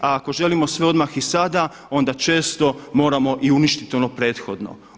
A ako želimo sve odmah i sada onda često moramo i uništiti ono prethodno.